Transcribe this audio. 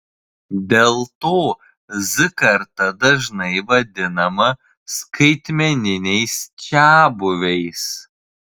dėl to z karta dažnai vadinama skaitmeniniais čiabuviais